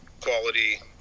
quality